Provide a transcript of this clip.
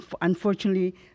unfortunately